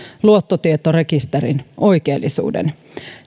luottotietorekisterin oikeellisuuden